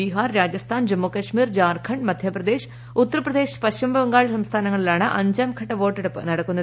ബീഹാർ രാജസ്ഥാൻ ജമ്മുകാശ്മീർ ജാർഖണ്ഡ് മധ്യപ്രദേശ് ഉത്തർപ്രദേശ് പശ്ചിമബംഗാൾ സംസ്ഥാനങ്ങളിലാണ് അഞ്ചാം ഘട്ട വോട്ടെടുപ്പ് നടക്കുന്നത്